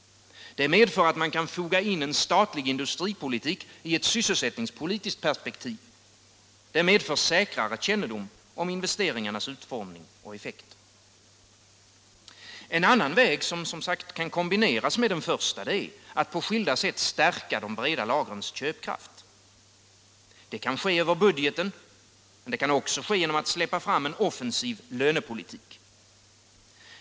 Det medför att man kan foga in en statlig industripolitik i ett sysselsättningspolitiskt perspektiv. Det medför säkrare kännedom om investeringarnas utformning och effekter. En annan väg, som alltså kan kombineras med den första, är att på skilda sätt stärka de breda lagrens köpkraft. Det kan ske över budgeten, men det kan också ske genom att släppa fram en offensiv lönepolitik.